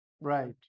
Right